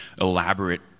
elaborate